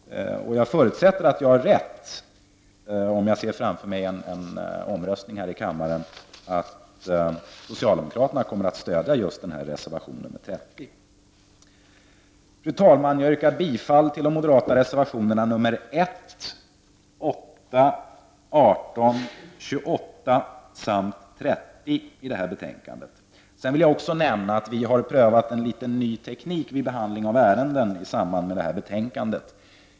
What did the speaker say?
Jag förutsätter att jag har rätt, om jag ser framför mig en omröstning här i kammaren där socialdemokraterna stöder just reservation 30. Fru talman! Jag yrkar bifall till de moderata reservationerna nr 1, 8, 18, 28 samt 30. Sedan vill jag också nämna att vi har prövat en ny teknik vid behandlingen av det här ärendet.